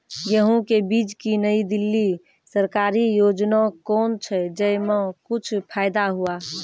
गेहूँ के बीज की नई दिल्ली सरकारी योजना कोन छ जय मां कुछ फायदा हुआ?